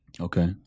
Okay